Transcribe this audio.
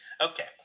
Okay